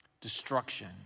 Destruction